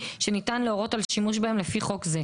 שניתן להורות על שימוש בהם לפי חוק זה,